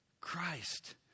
Christ